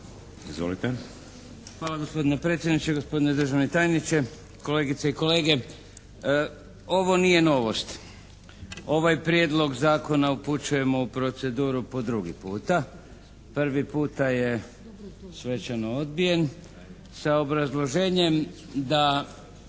(HNS)** Hvala gospodine predsjedniče. Gospodine državni tajniče, kolegice i kolege. Ovo nije novost. Ovaj prijedlog zakona upućujemo u proceduru po drugi puta. Prvi puta je svečano odbijen sa obrazloženjem da